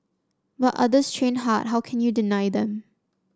but others train hard how can you deny them